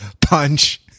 punch